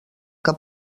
que